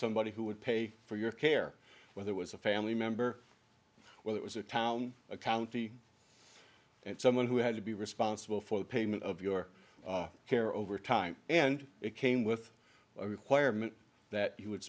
somebody who would pay for your care whether it was a family member well it was a town a county and someone who had to be responsible for the payment of your care over time and it came with a requirement that you would